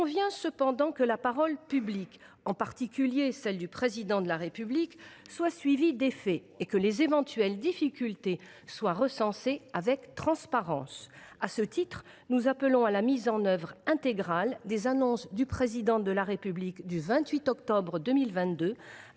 convient cependant que la parole publique, en particulier celle du Président de la République, soit suivie d’effets et que les éventuelles difficultés soient recensées avec transparence. À ce titre, nous appelons à la mise en œuvre intégrale des annonces du Président de la République du 28 octobre 2022,